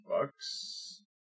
bucks